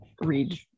read